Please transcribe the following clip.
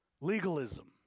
Legalism